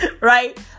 Right